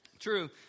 True